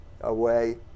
away